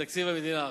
בתקציב המדינה.